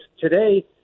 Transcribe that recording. today